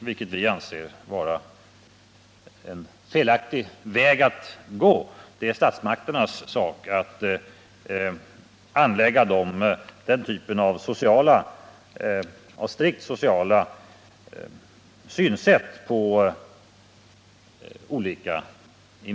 Det menar vi skall vara statsmakternas sak att göra.